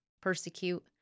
persecute